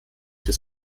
des